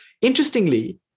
Interestingly